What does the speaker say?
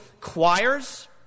choirs